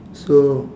so